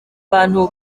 abantu